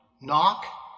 knock